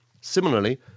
Similarly